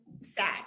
sad